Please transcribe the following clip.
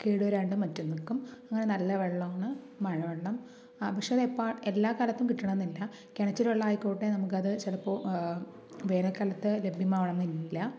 കേട് വരാണ്ടും മറ്റും നിൽ ക്കും അങ്ങനെ നല്ല വെള്ളമാണ് മഴവെള്ളം പക്ഷെ അത് എപ്പോൾ എല്ലാ കാലത്തും കിട്ടണമെന്നില്ല കിണറ്റിലെ വെള്ളമായിക്കോട്ടെ നമുക്കത് ചിലപ്പോൾ വേനൽക്കാലത്ത് ലഭ്യമാവണമെന്നില്ല